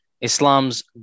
islam's